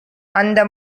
அந்த